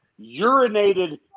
urinated